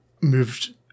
moved